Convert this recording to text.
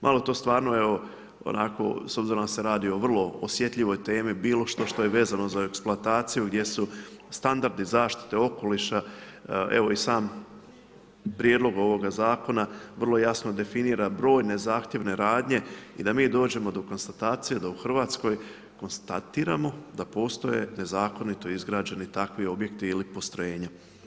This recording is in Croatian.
Malo to stvarno onako s obzirom da se radi o vrlo osjetljivoj temi, bilo što je vezano za eksploataciju gdje su standardi zaštite okoliša, evo i sam prijedlog ovoga zakona vrlo jasno definira brojne zahtjevne radnje i da mi dođemo do konstatacije da u Hrvatskoj konstatiramo da postoje nezakonito izgrađeni takvi objekti ili postrojenja.